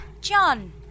John